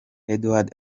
edward